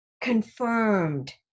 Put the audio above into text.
confirmed